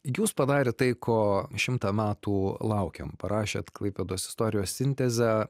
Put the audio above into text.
jūs padarėt tai ko šimtą metų laukėm parašėt klaipėdos istorijos sintezę